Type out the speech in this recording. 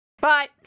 Bye